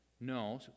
No